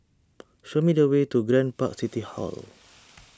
show me the way to Grand Park City Hall